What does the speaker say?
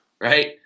Right